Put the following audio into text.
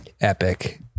Epic